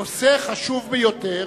הנושא חשוב ביותר.